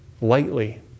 Lightly